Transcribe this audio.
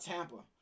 Tampa